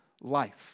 life